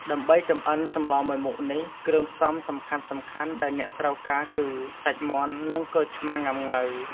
ដើម្បីចម្អិនសម្លមួយមុខនេះ គ្រឿងផ្សំសំខាន់ៗដែលអ្នកត្រូវការគឺ សាច់មាន់ និង ក្រូចឆ្មាងុាំង៉ូវ។